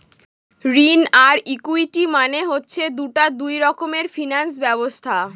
ঋণ আর ইকুইটি মানে হচ্ছে দুটা দুই রকমের ফিনান্স ব্যবস্থা